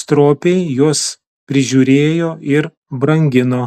stropiai juos prižiūrėjo ir brangino